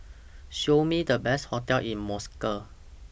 Show Me The Best hotels in Moscow